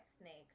snakes